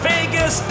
Vegas